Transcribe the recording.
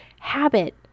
habit